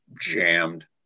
jammed